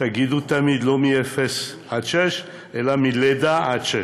תגידו תמיד: לא מגיל אפס עד שש אלא מלידה עד שש,